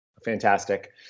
Fantastic